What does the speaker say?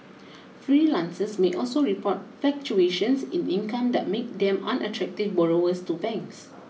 freelancers may also report fluctuations in income that make them unattractive borrowers to banks